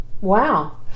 Wow